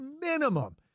minimum